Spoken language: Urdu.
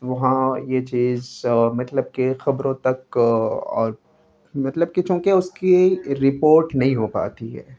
تو وہاں یہ چیز مطلب کہ خبروں تک مطلب کہ چوں کہ اس کی رپورٹ نہیں ہو پاتی ہے